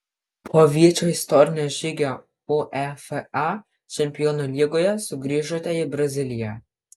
po vyčio istorinio žygio uefa čempionų lygoje sugrįžote į braziliją